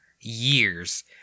years